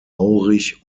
aurich